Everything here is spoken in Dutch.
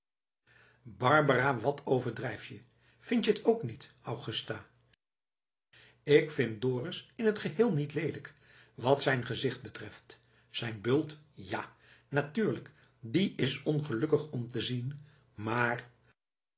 barbara wat overdrijf je vind je het ook niet augusta ik vind dorus in t geheel niet leelijk wat zijn gezicht betreft zijn bult ja natuurlijk die is ongelukkig om te zien maar